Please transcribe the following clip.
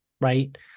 right